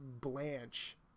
blanche